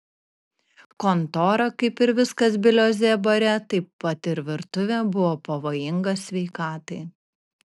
kontora kaip ir viskas bilio z bare taip pat ir virtuvė buvo pavojinga sveikatai